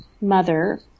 mother